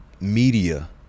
media